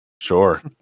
Sure